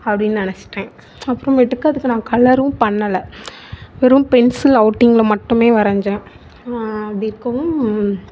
அப்படின்னு நினச்சிட்டேன் அப்பறமேட்டுக்கு அதுக்கு நான் கலரும் பண்ணலை வெறும் பென்சில் அவுட்டிங்கில் மட்டுமே வரைஞ்சேன் அப்படி இருக்கவும்